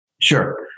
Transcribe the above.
Sure